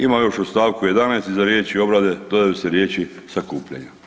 Ima još u st. 11. iza riječi obrade dodaju se riječi sakupljanja.